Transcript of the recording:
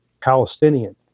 Palestinian